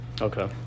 Okay